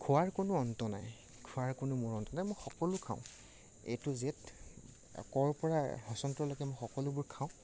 খোৱাৰ কোনো অন্ত নাই খোৱাৰ কোনো মোৰ অন্ত নাই মই সকলো খাওঁ এ টু জেড একৰ পৰা হস্ৱন্তলৈকে মই সকলোবোৰ খাওঁ